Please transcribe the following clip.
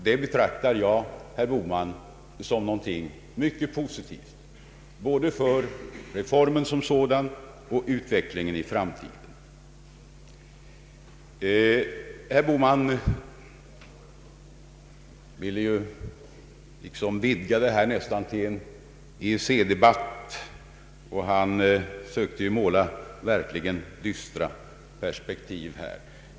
Det betraktar jag, herr Bohman, som något mycket positivt både för reformen som sådan och för utvecklingen i framtiden. Herr Bohman ville liksom vidga diskussionen till en EEC-debatt. Han försökte verkligen måla upp dystra perspektiv.